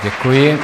Děkuji.